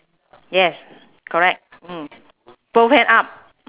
yes correct mm both hand up